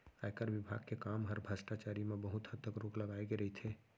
आयकर विभाग के काम हर भस्टाचारी म बहुत हद तक रोक लगाए के रइथे